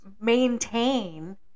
maintain